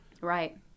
Right